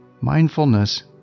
Mindfulness